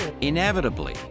Inevitably